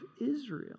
Israel